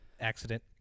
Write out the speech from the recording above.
accident